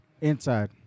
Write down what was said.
Inside